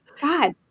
God